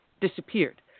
disappeared